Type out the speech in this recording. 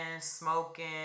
smoking